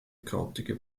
krautige